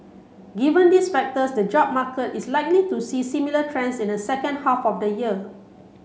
given these factors the job market is likely to see similar trends in the second half of the year